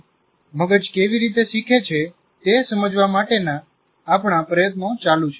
આ એકમ મગજ કેવી રીતે શીખે છે તે સમજવા માટેના આપણા પ્રયત્નો ચાલુ છે